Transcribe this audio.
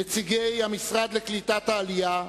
נציגי המשרד לקליטת העלייה,